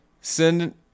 Send